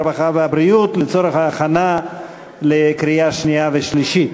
הרווחה והבריאות להכנה לקריאה שנייה ושלישית.